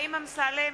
חיים אמסלם,